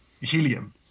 helium